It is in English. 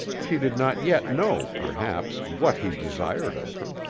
she did not yet know, perhaps, what he desired of her.